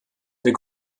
der